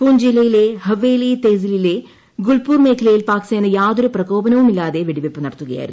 പൂഞ്ച് ജില്ലയിലെ ഹാവേലി തെഹ്സിലിലെ ഗുൽപൂർ മേഖലയിൽ പാക്സേന യാതൊരു പ്രകോപനവുമില്ലാതെ വെടിവയ്പ് നടത്തുകയായിരുന്നു